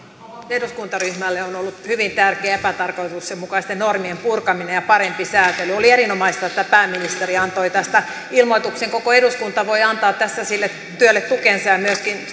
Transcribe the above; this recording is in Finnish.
eduskuntaryhmälle on ollut hyvin tärkeää epätarkoituksenmukaisten normien purkaminen ja parempi sääntely oli erinomaista että pääministeri antoi tästä ilmoituksen koko eduskunta voi antaa tässä sille työlle tukensa ja myöskin